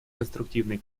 конструктивные